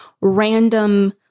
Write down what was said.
random